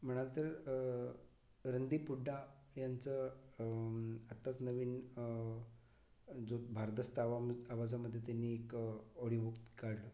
म्हणाल तर रंदीप हुड्डा यांचं आत्ताच नवीन जो भारदस्त आवाम आवाजामध्ये त्यांनी एक ऑडिओ बुक काढलं